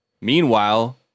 Meanwhile